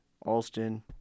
Alston